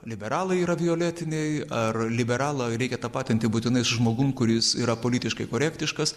liberalai yra violetiniai ar liberalą reikia tapatinti būtinai su žmogum kuris yra politiškai korektiškas